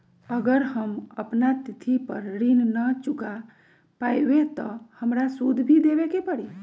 अगर हम अपना तिथि पर ऋण न चुका पायेबे त हमरा सूद भी देबे के परि?